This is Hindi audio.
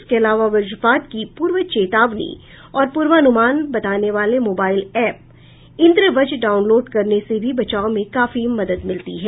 इसके अलावा वज्रपात की पूर्व चेतावनी और पूर्वानुमान बताने वाले मोबाइल ऐप इन्द्रवज् डाउनलोड करने से भी बचाव में काफी मदद मिलती है